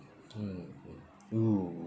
mm !woo!